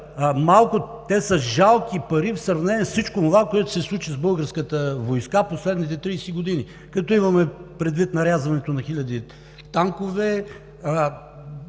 те са жалки пари в сравнение с всичко онова, което се случи с българската войска в последните 30 години, като имаме предвид нарязването на хиляди танкове,